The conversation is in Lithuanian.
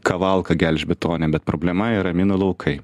kavalką gelžbetonę bet problema yra minų laukai